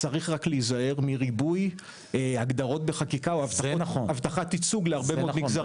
צריך להיזהר מריבוי הגדרות בחקיקה או הבטחת ייצוג להרבה מאוד מגזרים.